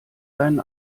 deinen